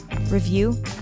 review